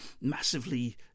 massively